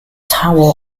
tower